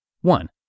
One